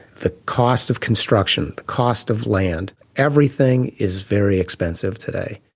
the cost of construction. the cost of land. everything is very expensive today,